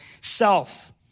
self